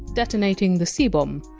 detonating the c-bomb,